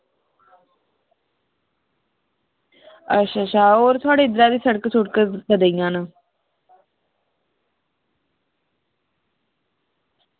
होर थुआढ़े इद्धर दियां सिड़का कदेहियां न